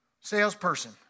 salesperson